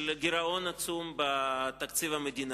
של גירעון עצום בתקציב המדינה.